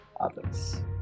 others